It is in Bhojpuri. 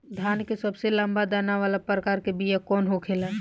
धान के सबसे लंबा दाना वाला प्रकार के बीया कौन होखेला?